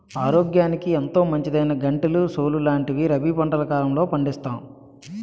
ఆరోగ్యానికి ఎంతో మంచిదైనా గంటెలు, సోలు లాంటివి రబీ పంటల కాలంలో పండిస్తాం